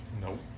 Nope